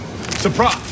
Surprise